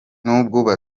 n’ubwo